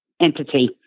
entity